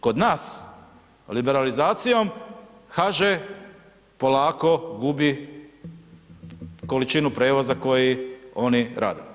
Kod nas liberalizacijom HŽ polako gubi količinu prijevoza koji oni rade.